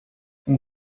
اون